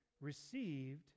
received